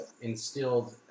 instilled